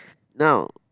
now